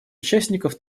участников